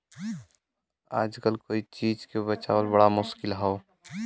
आजकल कोई चीज के बचावल बड़ा मुश्किल हौ